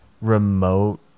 remote